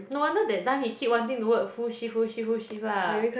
no wonder that time he keep wanting to work full shift full shift full shift lah